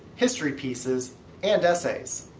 history pieces and essays.